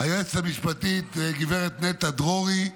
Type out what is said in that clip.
היועצת המשפטית, גברת נטע דרורי,